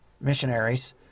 missionaries